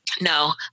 no